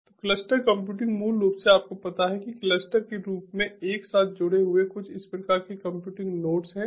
तो cluster computing मूल रूप से आपको पता है कि क्लस्टर के रूप में एक साथ जुड़े हुए कुछ प्रकार के कंप्यूटिंग नोड्स हैं